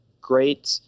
great